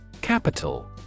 Capital